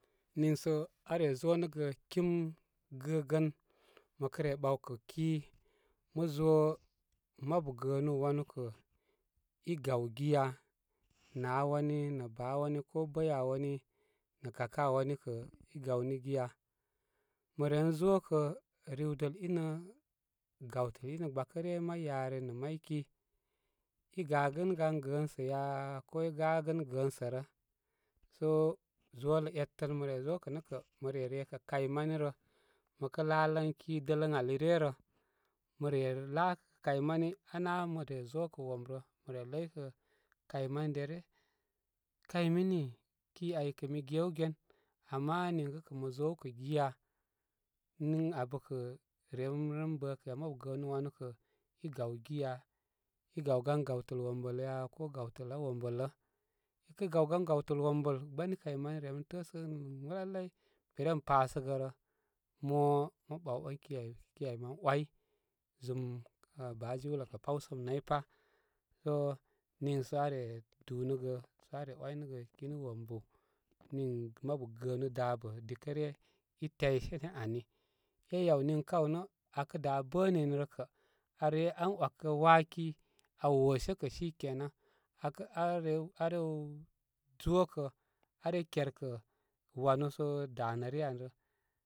Nin so aa re zo nə gə kim gəgən. Məkə re ɓawkə ki, məzo mabu gənúú wanu kə i gaw giya naa wani nə baa wani ko ɓəya wani nə kakaa wani kə i gawni giya? Maren zo kə riwdəl inə, gawtəl, in gbakə ryə, may yari nə may ki. I gagənə gan gəəsə ya? Ko i gagənə gəənsə ra? So zolə etən məre zokə nə mə re ré kə kay mani rə. Məkə laalan ki dələn ali ryə rə, mə re laakə kay mani aa ná mə re zo kə wom rə. Mə re ləy kə kay mani dere. Kay minii, ki ay kə mi gəwgən. Ama niŋkə kə mə zow kə giya? Niŋ abə kə rem ren bəkə ya? Mabu gəənúú wanukə i gaw giya i gaw gan gawtəl wombəl ya ko gawtəl aa wombəl lə? Ikə gawgan gawtəl wombəl kə, gbani kay mani rem təə nim lai lai be rem pasəgərə, mo mə ɓawɓan ki ai. Ki ai mən way. Zum, baajiwlə kə pawsəm nay pá so ninso aa re dunəgə so aa re wanə waynəgə kinu wómbú nin mabu gənu dabə dikə ryə i təysené ani. Eyaw niŋkə áw nə aa kə dabə nini rə kə aré an wakə waaki aa woshe kə shi kenan akə are, arew zokə are kerkə wanu so danə ryə anirə.